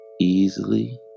easily